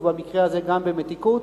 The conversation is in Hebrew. ובמקרה הזה גם במתיקות,